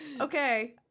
Okay